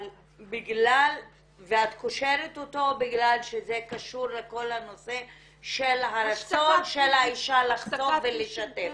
ואת קושרת אותם בגלל שזה קשור לנושא של רצון האישה לחזור ולשתף.